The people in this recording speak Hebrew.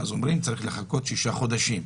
ואז אומרים שצריך לחכות שישה חודשים.